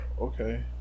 okay